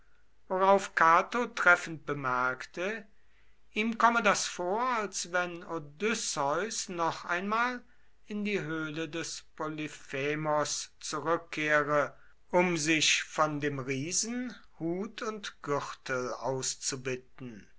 worauf cato treffend bemerkte ihm komme das vor als wenn odysseus noch einmal in die höhle des polyphemos zurückkehre um sich von dem riesen hut und gürtel auszubitten